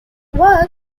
work